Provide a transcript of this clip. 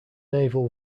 naval